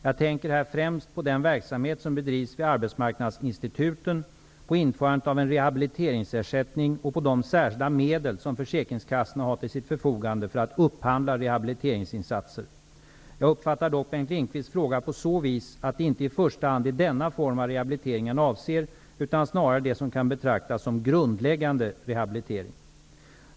Jag tänker här främst på den verksamhet som bedrivs vid arbetsmarknadsinstituten, på införandet av en rehabiliteringsersättning och på de särskilda medel som försäkringskassorna har till sitt förfogande för att upphandla rehabiliteringsinsatser. Jag uppfattar dock Bengt Lindqvists fråga på så vis att det inte i första hand är denna form av rehabilitering han avser, utan snarare det som kan betraktas som grundläggande rehabilitering.